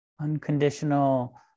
Unconditional